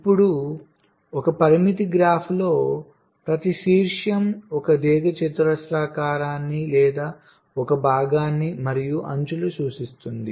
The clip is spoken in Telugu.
ఇప్పుడు ఒక పరిమితి గ్రాఫ్లో ప్రతి శీర్షం ఒక దీర్ఘచతురస్రాన్ని లేదా ఒక భాగాన్ని మరియు అంచులు సూచిస్తుంది